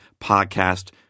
podcast